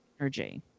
energy